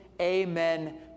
amen